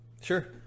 Sure